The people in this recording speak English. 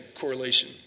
correlation